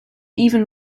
even